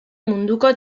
munduko